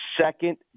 second